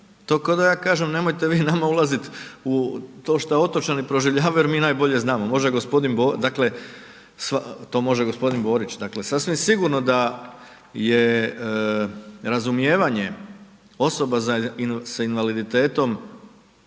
to kao da ja kažem nemojte vi nama ulazit u to šta otočani proživljavaju jer mi najbolje znamo, može gospodin, dakle to može g. Borić, dakle sasvim sigurno da je razumijevanje osoba sa invaliditetom